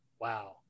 wow